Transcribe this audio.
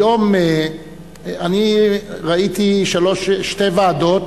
היום ראיתי שתי ועדות